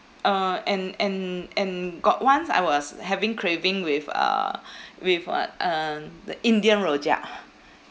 uh and and and got once I was having craving with uh with what uh the indian rojak